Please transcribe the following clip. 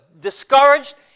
discouraged